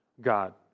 God